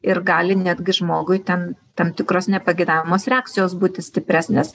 ir gali netgi žmogui ten tam tikros nepageidaujamos reakcijos būti stipresnės